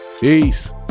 Peace